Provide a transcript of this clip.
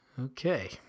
okay